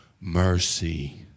mercy